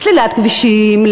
סלילת כבישים,